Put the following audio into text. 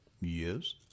Yes